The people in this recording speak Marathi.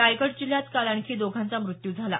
रायगड जिल्ह्यात काल आणखी दोघांचा मृत्यू झाला